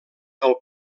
del